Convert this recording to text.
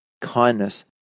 kindness